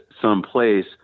someplace